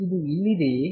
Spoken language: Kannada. ಇದು ಇಲ್ಲಿದೆಯೇ